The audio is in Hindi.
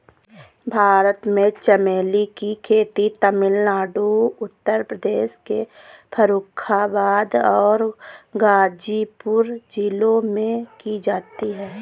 भारत में चमेली की खेती तमिलनाडु उत्तर प्रदेश के फर्रुखाबाद और गाजीपुर जिलों में की जाती है